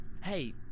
Hey